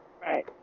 Right